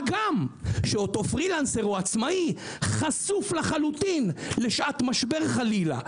מה גם שאותו פרילנסר או עצמאי חשוף לחלוטין לשעת משבר חלילה.